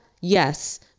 yes